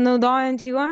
naudojant juo